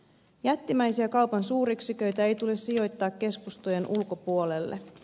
jättimäisiä kaupan suuryksiköitä ei tule sijoittaa keskustojen ulkopuolelle